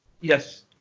Yes